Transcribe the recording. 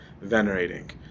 venerating